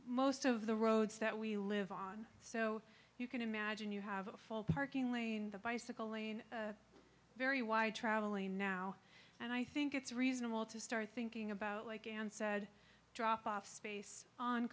most of the roads that we live on so you can imagine you have a full parking lane the bicycle lane very wide traveling now and i think it's reasonable to start thinking about like and said drop off space on